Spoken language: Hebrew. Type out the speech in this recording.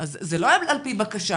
אז לא ע"פ בקשה,